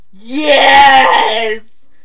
Yes